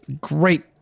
great